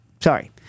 Sorry